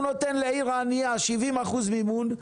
הוא נותן לעיר הענייה 70 אחוז מימון,